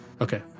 okay